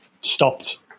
stopped